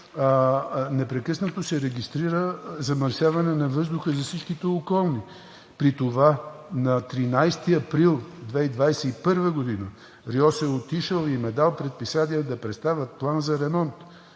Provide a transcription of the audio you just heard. Непрекъснато се регистрира замърсяване на въздуха за всички околни. При това на 13 април 2021 г. РИОСВ е отишъл и им е дал предписание да представят план за ремонт.